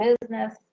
business